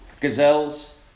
Gazelles